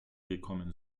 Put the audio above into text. gekommen